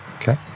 okay